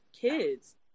kids